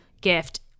gift